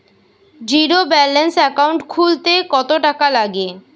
Zero balance account খুলতে কত টাকা লাগে?